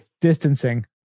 Distancing